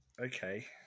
Okay